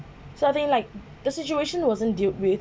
so I think like the situation wasn't dealt with